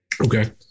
Okay